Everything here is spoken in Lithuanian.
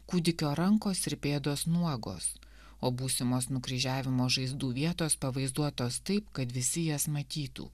kūdikio rankos ir pėdos nuogos o būsimos nukryžiavimo žaizdų vietos pavaizduotos taip kad visi jas matytų